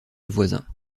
voisin